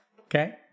Okay